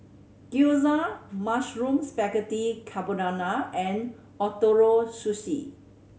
Gyoza Mushroom Spaghetti Carbonara and Ootoro Sushi